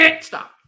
Stop